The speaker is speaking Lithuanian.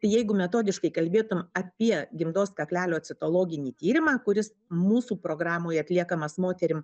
tai jeigu metodiškai kalbėtum apie gimdos kaklelio citologinį tyrimą kuris mūsų programoje atliekamas moterim